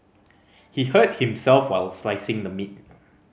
he hurt himself while slicing the meat